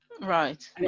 Right